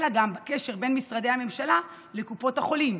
אלא גם בקשר בין משרדי הממשלה לקופות החולים.